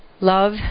love